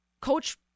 coach